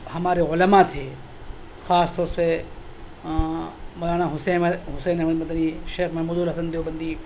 ہمارے عُلماء تھے خاص طور پہ مولانا حسین احمد حسین احمد مدنی شیخ محمود الحسن دیوبندی